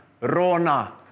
Rona